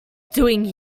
doing